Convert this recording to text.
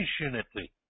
passionately